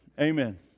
Amen